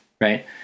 right